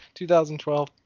2012